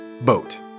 boat